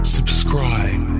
Subscribe